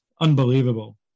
unbelievable